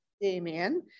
Damien